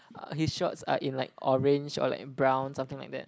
eh his shorts are in like orange or like in brown something like that